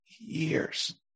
years